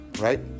right